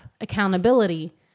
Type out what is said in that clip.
accountability